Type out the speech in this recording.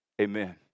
amen